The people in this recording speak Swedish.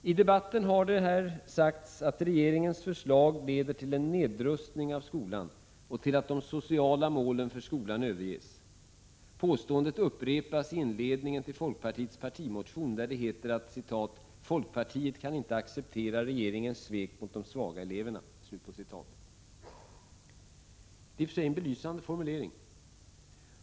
I debatten om årets budget har det sagts att regeringens förslag leder till en nedrustning av skolan och till att de sociala målen för skolan överges. Påståendet upprepas i inledningen till folkpartiets partimotion, där det heter: ”Folkpartiet kan inte acceptera regeringens svek mot de svaga eleverna.” Det är i och för sig en belysande formulering.